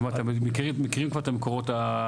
אתה אמרת מכירים כבר את המקורות העיקריים.